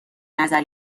نظر